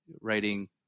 writing